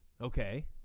Okay